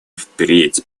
впредь